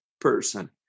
person